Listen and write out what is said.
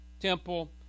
temple